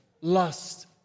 lust